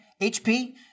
HP